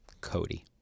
cody